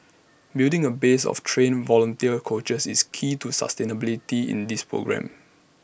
building A base of trained volunteer coaches is key to the sustainability in this programme